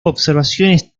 observaciones